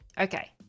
Okay